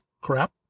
crap